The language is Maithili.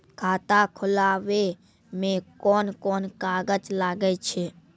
खाता खोलावै मे कोन कोन कागज लागै छै?